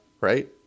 Right